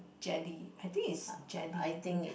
jelly I think is jelly I think